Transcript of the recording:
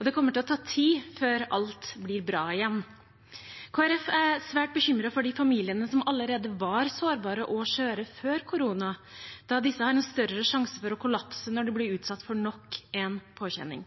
Det kommer til å ta tid før alt blir bra igjen. Kristelig Folkeparti er svært bekymret for de familiene som allerede var sårbare og skjøre før korona, da disse har en større sjanse for å kollapse når de blir utsatt for nok en påkjenning.